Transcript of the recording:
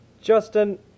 Justin